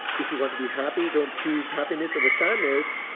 if you want to be happy, don't choose happiness over sadness.